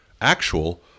actual